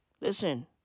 Listen